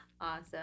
Awesome